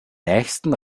nächsten